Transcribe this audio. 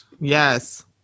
Yes